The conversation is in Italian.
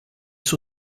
suo